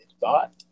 thought